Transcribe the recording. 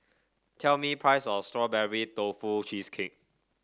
tell me price of Strawberry Tofu Cheesecake